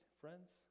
friends